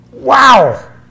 Wow